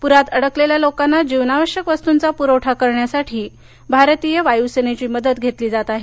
पुरात अडकलेल्या लोकांना जीवनावश्यक वस्तूंचा पुरवठा करण्यासाठी भारतीय वायुसेनेची मदत घेतली जात आहे